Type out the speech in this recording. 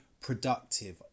productive